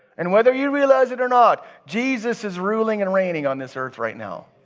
and whether you realized it or not jesus is ruling and reigning on this earth right now.